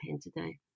today